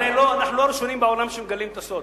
הרי אנחנו לא ראשונים בעולם שמגלים את הסוד.